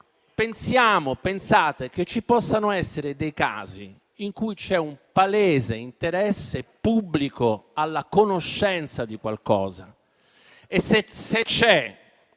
è: pensate che ci possano essere casi in cui c'è un palese interesse pubblico alla conoscenza di qualcosa? Se c'è